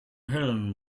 helen